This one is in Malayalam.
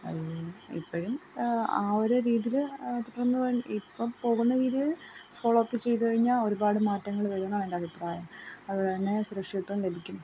ഇപ്പോഴും ആ ഒരേ രീതിയിൽ ഇപ്പം പോകുന്ന രീതിയിൽ ഫോളോ അപ്പ് ചെയ്ത് കഴിഞ്ഞാൽ ഒരുപാട് മാറ്റങ്ങൾ വരുമെന്നാണ് എൻറെ അഭിപ്രായം അതുപോലെ തന്നെ സുരക്ഷിതത്വം ലഭിക്കും